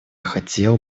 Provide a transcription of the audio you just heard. хотел